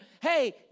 Hey